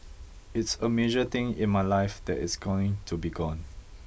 it's a major thing in my life that it's going to be gone